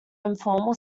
informal